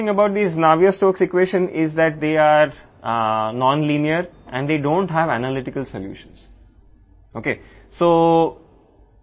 ఇప్పుడు ఈ Navier Stokes ఈక్వేషన్లో ఆసక్తికరమైన విషయం ఏమిటంటే అవి నాన్ లీనియర్ మరియు వాటికి విశ్లేషణాత్మక పరిష్కారాలు లేవు